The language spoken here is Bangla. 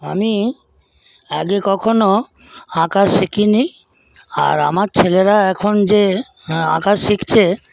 আমি আগে কখনো আঁকা শিখিনি আর আমার ছেলেরা এখন যে আঁকা শিখছে